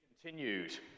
Continued